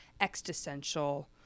existential